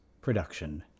production